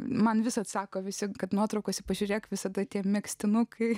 man vis atsako visi kad nuotraukose pažiūrėk visada tie megztinukai